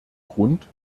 grund